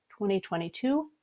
2022